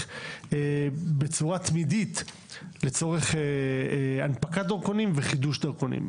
בצורה תמידית לצורך הנפקת דרכונים וחידוש דרכונים,